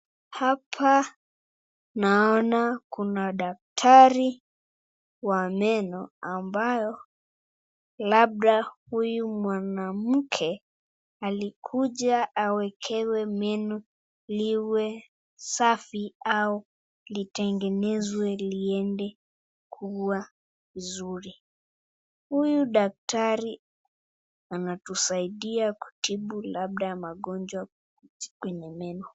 Hapa naona kuna daktari wa meno ambayo labda huyu mwanamke alikuja awekewe meno liwe safi au litengenezwe liende kuwa zuri. Huyu daktari anatusaidia kutibu labda magonjwa kwenye meno.